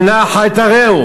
"אל נא אחי תרעו".